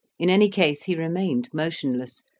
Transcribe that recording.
in any case he remained motionless,